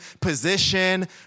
position